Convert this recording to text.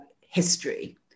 history